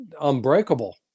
unbreakable